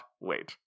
wait